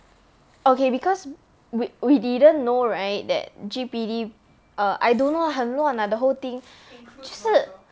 okay because we we didn't know right that G_P_D err I dunno ah 很乱 lah the whole thing 就是